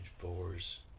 boars